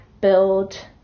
build